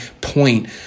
point